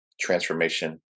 transformation